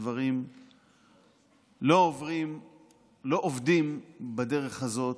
הדברים לא עובדים בדרך הזאת,